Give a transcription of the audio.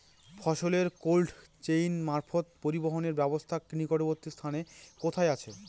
ফসলের cold chain মারফত পরিবহনের ব্যাবস্থা নিকটবর্তী স্থানে কোথায় আছে?